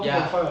ya